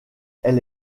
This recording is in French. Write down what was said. elle